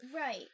Right